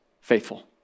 faithful